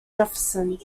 jefferson